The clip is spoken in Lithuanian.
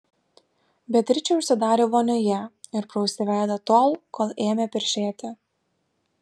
beatričė užsidarė vonioje ir prausė veidą tol kol ėmė peršėti